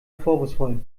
vorwurfsvoll